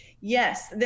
Yes